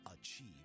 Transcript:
achieve